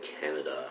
Canada